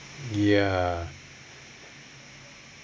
ya